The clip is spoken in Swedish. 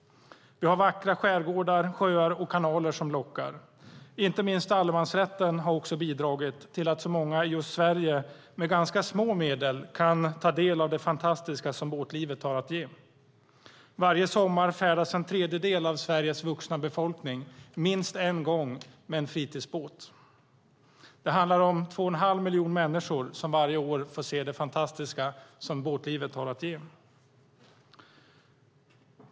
Vi har vackra skärgårdar, sjöar och kanaler som lockar. Inte minst allemansrätten har bidragit till att så många i just Sverige med ganska små medel kan ta del av det fantastiska som båtlivet har att ge. Varje sommar färdas en tredjedel av Sveriges vuxna befolkning minst en gång med en fritidsbåt. Det handlar om två och en halv miljon människor som varje år får se det fantastiska som båtlivet har att ge.